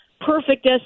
perfect